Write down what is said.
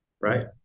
right